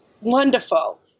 wonderful